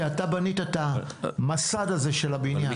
שאתה בנית את המסד הזה של הבניין.